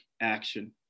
action